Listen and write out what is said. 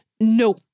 No